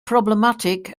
problematic